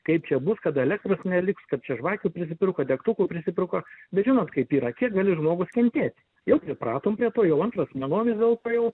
kaip čia bus kad elektros neliks kad čia žvakių prisipirko degtukų prisipirko bet žinot kaip yra kiek gali žmogus kentėt jau pripratom prie to jau antras mėnuo vis dėlto jau